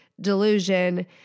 delusion